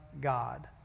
God